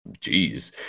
Jeez